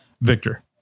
Victor